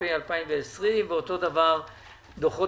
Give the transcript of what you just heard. התש"ף-2020 ותקנות ניירות ערך (דוחות